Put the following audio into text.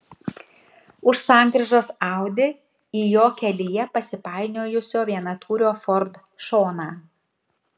už sankryžos audi į jo kelyje pasipainiojusio vienatūrio ford šoną